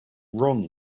wrong